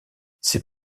ses